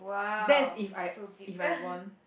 that's if I if I won